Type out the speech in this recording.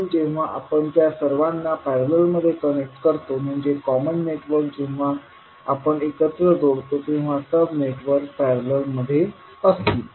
म्हणून जेव्हा आपण त्या सर्वांना पॅरलल मध्ये कनेक्ट करतो म्हणजे कॉमन नेटवर्क जेव्हा आपण एकत्र जोडतो तेव्हा सब नेटवर्क पॅरलल मध्ये असतील